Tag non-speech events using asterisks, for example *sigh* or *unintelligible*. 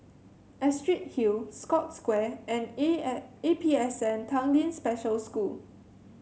Astrid Hill Scotts Square and A *unintelligible* A P S N Tanglin Special School